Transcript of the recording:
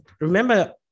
Remember